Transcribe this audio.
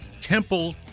Temple